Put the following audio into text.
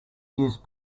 use